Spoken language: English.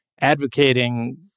advocating